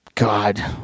god